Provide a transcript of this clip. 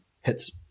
Hits